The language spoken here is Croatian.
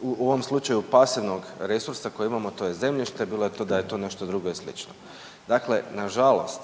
u ovom slučaju pasivnog resursa koje imamo to je zemljište, bilo da je to nešto drugo i sl. Dakle, nažalost